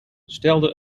stelde